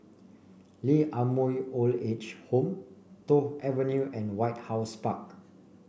Lee Ah Mooi Old Age Home Toh Avenue and White House Park